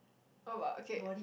oh !wow! okay